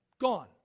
Gone